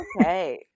Okay